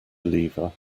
lever